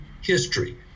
history